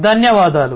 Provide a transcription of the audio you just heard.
ధన్యవాదాలు